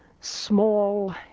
small